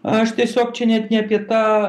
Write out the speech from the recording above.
aš tiesiog čia net ne apie tą